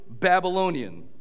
Babylonian